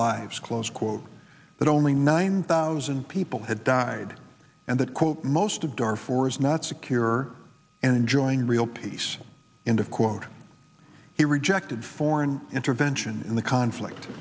lives close quote that only nine thousand people had died and that quote most of dar for is not secure and enjoying real peace in the quote he rejected foreign intervention in the conflict